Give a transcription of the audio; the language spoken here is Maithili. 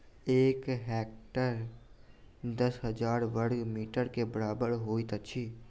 एक हेक्टेयर दस हजार बर्ग मीटर के बराबर होइत अछि